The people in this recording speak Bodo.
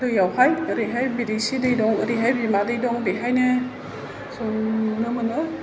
दैयावहाय ओरै हाय बिदि एसे दै दं ओरै बिमा दै दं बेहायनो जों नुनो मोनो